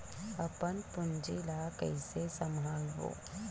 अपन पूंजी ला कइसे संभालबोन?